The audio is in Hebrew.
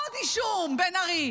עוד אישום, בן ארי.